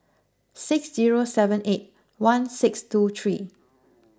six zero seven eight one six two three